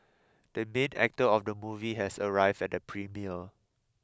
the main actor of the movie has arrived at the premiere